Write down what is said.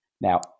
Now